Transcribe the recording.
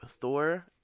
Thor